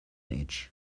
each